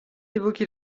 évoqué